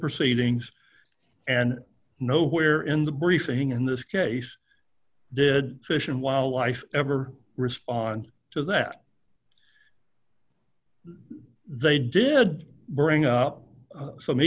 proceedings and nowhere in the briefing in this case did fish and wildlife ever respond to that they did bring up some